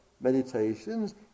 meditations